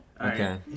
Okay